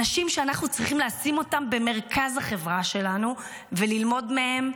אנשים שאנחנו צריכים לשים אותם במרכז החברה שלנו וללמוד מהם,